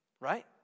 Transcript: Right